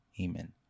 Amen